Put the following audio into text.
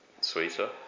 sweeter